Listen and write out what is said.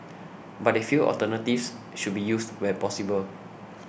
but they feel alternatives should be used where possible